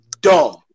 dumb